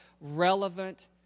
relevant